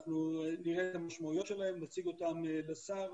אנחנו נראה את המשמעויות שלהם, נציג אותם לשר,